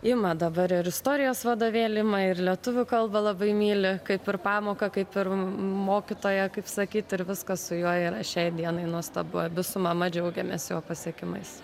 ima dabar ir istorijos vadovėlį ir lietuvių kalbą labai myli kaip ir pamoką kaip ir mokytoją kaip sakyt ir viskas su juo yra šiai dienai nuostabu abi su mama džiaugiamės jo pasiekimais